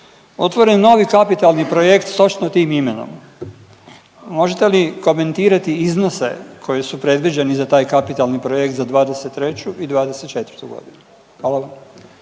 otvoren novi kapitalni projekt sa točno tim imenom. Možete li komentirati iznose koji su predviđeni za taj kapitalni projekt za 2023. i 2024. godinu. Hvala.